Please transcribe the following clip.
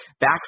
back